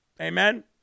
Amen